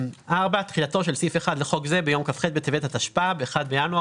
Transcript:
תחילה 4. תחילתו של סעיף 1 לחוק זה ביום כ"ח בטבת התשפ"ב (1 בינואר